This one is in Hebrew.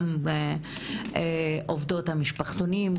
גם עובדות המשפחתונים,